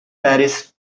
paris